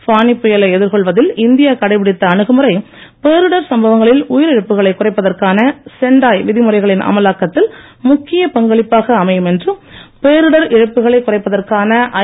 ஃபானி புயலை எதிர்கொள்வதில் இந்தியா கடைபிடித்த அனுகுமுறை பேரிடர் சம்பவங்களில் குறைப்பதற்கான சென்டாய் விதிமுறைகளின் அமலாக்கத்தில் முக்கிய பங்களிப்பாக அமையும் என்று பேரிடர் இழப்புகளை குறைப்பதற்கான ஐ